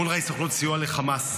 אונר"א היא סוכנות סיוע לחמאס.